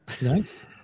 Nice